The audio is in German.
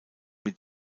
mit